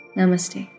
Namaste